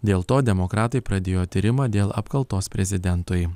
dėl to demokratai pradėjo tyrimą dėl apkaltos prezidentui